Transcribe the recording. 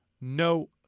no